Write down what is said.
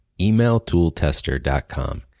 EmailToolTester.com